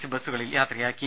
C ബസ്സുകളിൽ യാത്രയാക്കി